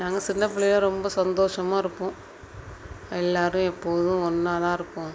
நாங்கள் சின்ன பிள்ளைல ரொம்ப சந்தோஷமாக இருப்போம் எல்லோரும் எப்போதும் ஒன்னாக தான் இருப்போம்